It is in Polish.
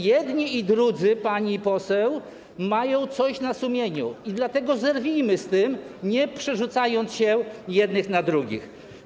Jedni i drudzy, pani poseł, mają coś na sumieniu i dlatego zerwijmy z tym, nie przerzucajmy tego z jednych na drugich.